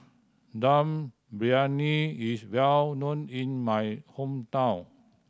Dum Briyani is well known in my hometown